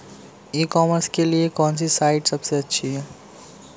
ई commerce के लिए कौनसी साइट सबसे अच्छी है?